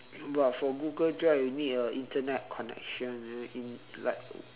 but for google drive you need a internet connection right in like